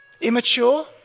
Immature